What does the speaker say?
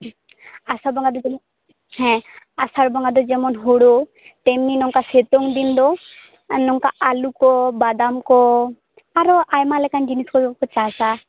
ᱟᱥᱟᱲ ᱵᱚᱸᱜᱟ ᱫᱚ ᱡᱟᱹᱱᱤᱡ ᱟᱥᱟᱲ ᱵᱚᱸᱜᱟ ᱫᱚ ᱡᱮᱢᱚᱱ ᱦᱳᱲᱳ ᱛᱮᱢᱱᱤ ᱱᱚᱝᱠᱟ ᱥᱮᱛᱳᱝ ᱫᱤᱱ ᱫᱚ ᱱᱚᱝᱠᱟ ᱟᱞᱩ ᱠᱚ ᱵᱟᱫᱟᱢᱠᱚ ᱟᱨᱚ ᱟᱭᱢᱟ ᱞᱮᱠᱟᱱ ᱡᱤᱱᱤᱥ ᱠᱚ ᱪᱟᱥᱼᱟ